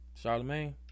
Charlemagne